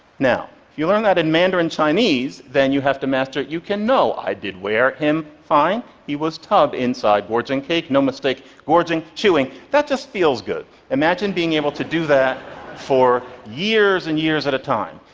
now, if you learn that in mandarin chinese, then you have to master, you can know, i did where him find? he was tub inside gorging cake, no mistake gorging chewing! that just feels good. imagine being able to do that for years and years at a time.